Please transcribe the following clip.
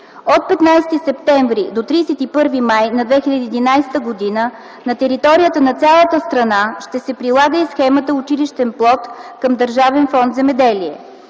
От 15 септември до 31 май на 2011 г. на територията на цялата страна ще се прилага и схемата „Училищен плод” към Държавен фонд „Земеделие”.